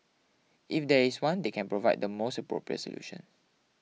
if there is one they can provide the most appropriate solution